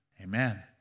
amen